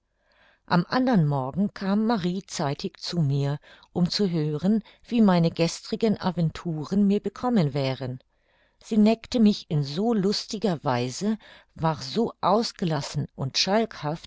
am andern morgen kam marie zeitig zu mir um zu hören wie meine gestrigen aventuren mir bekommen wären sie neckte mich in so lustiger weise war so ausgelassen und